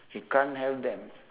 you can't have them